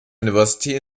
university